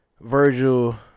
virgil